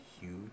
huge